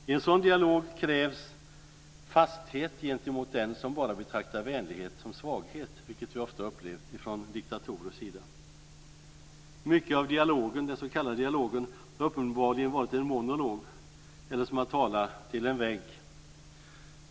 I en sådan dialog krävs fasthet gentemot den som bara betraktar vänlighet som svaghet, vilket vi ofta har upplevt från diktatorers sida. Mycket av den s.k. dialogen har uppenbarligen varit en monolog, eller som att tala till en vägg.